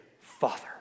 Father